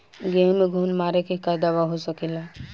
गेहूँ में घुन मारे के का दवा हो सकेला?